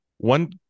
One